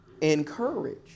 encourage